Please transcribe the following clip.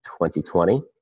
2020